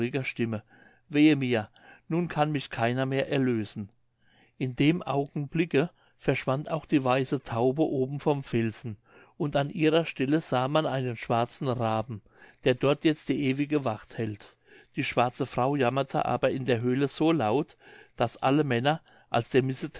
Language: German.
wehe mir nun kann mich keiner mehr erlösen in dem augenblicke verschwand auch die weiße taube oben vom felsen und an ihrer stelle sah man einen schwarzen raben der dort jetzt die ewige wacht hält die schwarze frau jammerte aber in der höhle so laut daß alle männer als der